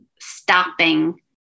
stopping